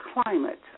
climate